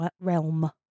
realm